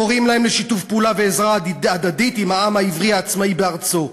וקוראים להם לשיתוף פעולה ועזרה הדדית עם העם העברי העצמאי בארצו.